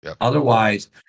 Otherwise